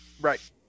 right